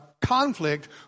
conflict